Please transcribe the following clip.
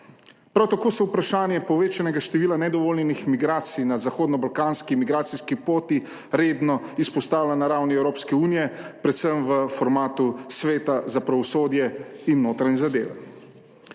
Prav tako se vprašanje povečanega števila nedovoljenih migracij na zahodno balkanski migracijski poti redno izpostavlja na ravni Evropske unije, predvsem v formatu Sveta za pravosodje in notranje zadeve.